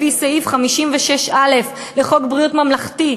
לפי סעיף 56(א) לחוק ביטוח בריאות ממלכתי,